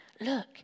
look